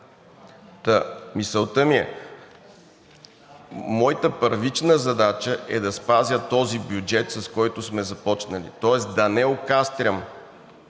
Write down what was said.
мисълта ми е – моята първична задача е да спазя този бюджет, с който сме започнали, тоест да не окастрям